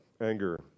anger